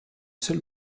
seule